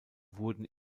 wurden